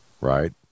Right